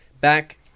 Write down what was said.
Back